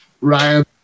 Ryan